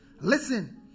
Listen